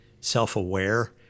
self-aware